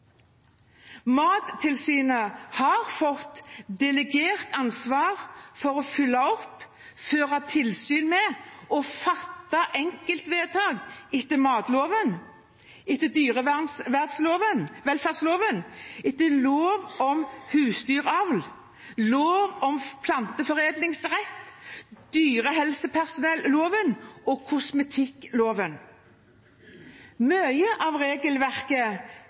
Mattilsynet har fått delegert ansvar for å følge opp, føre tilsyn med og fatte enkeltvedtak etter matloven, dyrevelferdsloven, lov om husdyravl, lov om planteforedlerrett, dyrehelsepersonelloven og kosmetikkloven. Mye av regelverket